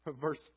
verse